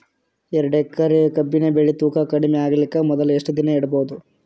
ಎರಡೇಕರಿ ಕಬ್ಬಿನ್ ಬೆಳಿ ತೂಕ ಕಡಿಮೆ ಆಗಲಿಕ ಮೊದಲು ಎಷ್ಟ ದಿನ ಇಡಬಹುದು?